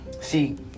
see